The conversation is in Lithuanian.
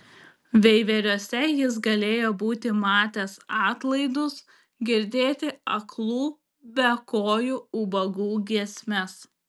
veiveriuose jis galėjo būti matęs atlaidus girdėti aklų bekojų ubagų giesmes